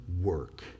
work